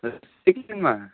तर सेकेन्डमा